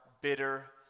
bitter